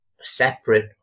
separate